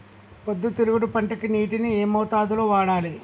పొద్దుతిరుగుడు పంటకి నీటిని ఏ మోతాదు లో వాడాలి?